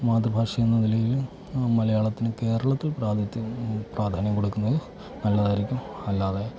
മാതൃഭാഷ എന്ന നിലയിൽ മലയാളത്തിന് കേരളത്തിൽ പ്രാതിനിധ്യം പ്രാധാന്യം കൊടുക്കുന്നത് നല്ലതായിരിക്കും അല്ലാതെ